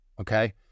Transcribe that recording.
okay